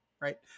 right